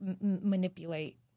manipulate